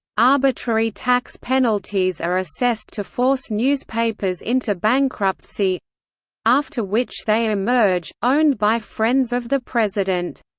arbitrary tax penalties are assessed to force newspapers into bankruptcy after which they emerge, owned by friends of the president.